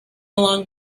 along